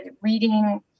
reading